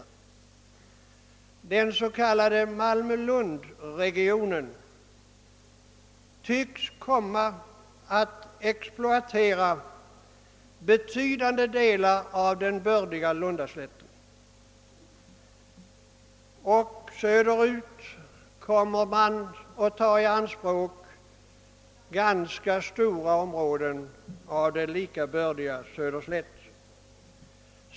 Den s.k. Malmö—Lund-regionen tycks komma att exploatera betydande delar av den bördiga Lundaslätten, och söderut kommer man att ta i anspråk ganska stora områden av den lika bördiga Söderslätt.